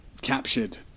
captured